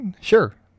sure